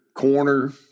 corner